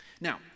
Now